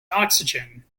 oxygen